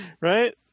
Right